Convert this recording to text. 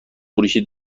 فروشی